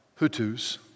Hutus